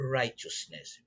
righteousness